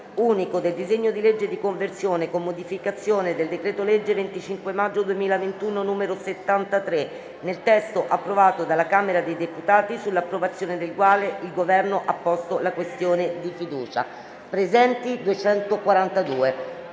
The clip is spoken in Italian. unico del disegno di legge n. 2320, di conversione in legge, con modificazioni, del decreto-legge 25 maggio 2021, n. 73, nel testo approvato dalla Camera dei deputati, sull'approvazione del quale il Governo ha posto la questione di fiducia: ||